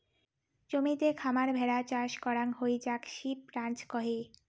জমিতে খামার ভেড়া চাষ করাং হই যাক সিপ রাঞ্চ কহে